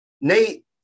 Nate